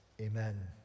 Amen